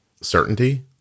certainty